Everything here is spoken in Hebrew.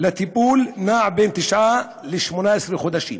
לטיפול נע בין תשעה לבין 18 חודשים.